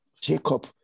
Jacob